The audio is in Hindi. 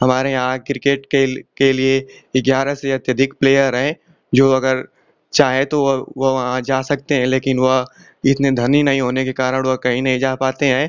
हमारे यहाँ क्रिकेट के के लिए ग्यारह से अत्यधिक प्लेयर हैं जो अगर चाहें तो वह वो वहाँ जा सकते हैं लेकिन वह इतने धनी नही होने के कारण वह कहीं नहीं जा पाते हैं